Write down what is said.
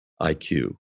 IQ